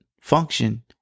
function